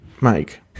Mike